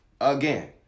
again